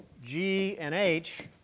g and h